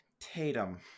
tatum